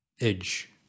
Edge